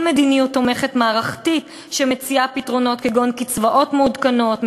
אין מדיניות תומכת מערכתית שמציעה פתרונות כגון קצבאות מעודכנות,